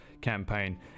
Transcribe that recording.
campaign